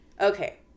Okay